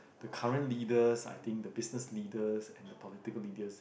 the current leaders I think the business leaders and the political leaders